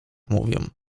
mówią